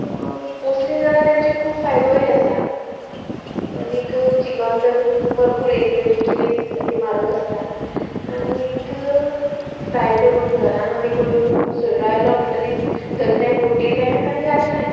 पोंसलीं जाल्यार तांचेर खूब फायदोय आसा आनीक चिकन तर भरपूर एक प्लेट कितली सारकी म्हारग आसता आनीक फ्राय करून घरान आमी कोणी सोयरो आयलो म्हणटगीर धरलें मुडिल्लें आनी घातलें